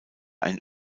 ein